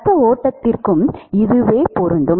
இரத்த ஓட்டத்திற்கும் இது உண்மை